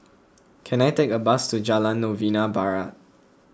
can I take a bus to Jalan Novena Barat